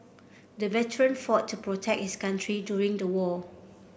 the veteran fought to protect his country during the war